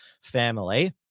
family